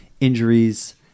injuries